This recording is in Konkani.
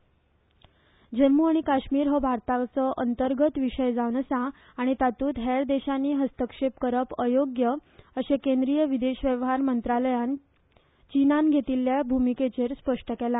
जम्म् काश्मीर जम्मू आनी काश्मीर हो भारताचो अंतर्गत विषय जावन आसा आनी तातुत हेर देशानी हस्तक्षेप करप अयोग्य अशे केंद्रीय विदेश वैव्हार मंत्रालयान चीनान घेतिल्ल्या भूमिकेचेर स्पष्ट केला